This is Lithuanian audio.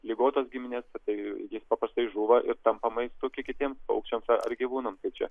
ligotos giminės tai jis paprastai žūva ir tampa maistu ki kitiems paukščiams ar gyvūnams tai čia